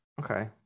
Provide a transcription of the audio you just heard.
Okay